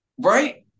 Right